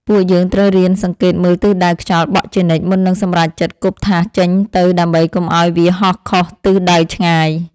ពួកយើងត្រូវរៀនសង្កេតមើលទិសដៅខ្យល់បក់ជានិច្ចមុននឹងសម្រេចចិត្តគប់ថាសចេញទៅដើម្បីកុំឱ្យវាហោះខុសទិសដៅឆ្ងាយ។